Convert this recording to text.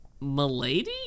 Milady